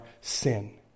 sin